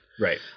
Right